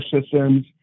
systems